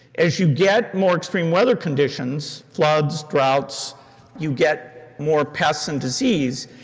as you get more extreme weather conditions floods, droughts you get more pests and disease,